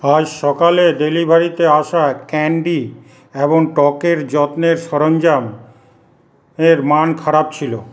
আজ সকালে ডেলিভারিতে আসা ক্যান্ডি এবং ত্বকের যত্নের সরঞ্জাম এর মান খারাপ ছিল